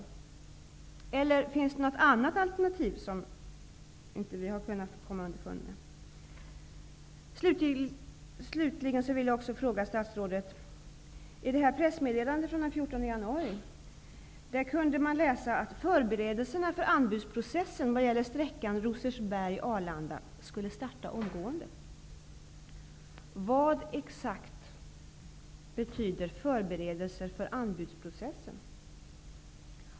Det kanske finns något annat alternativ som vi inte har kunnat komma underfund med? pressmeddelandet från den 14 januari kunde man läsa att förberedelserna för anbudsprocessen vad gäller sträckan Rosersberg--Arlanda skulle starta omgående. Vad exakt betyder ''förberedelser för anbudsprocessen''?